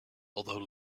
although